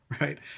right